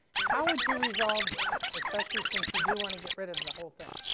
how would you resolve this, especially since you do want to get rid of the whole thing?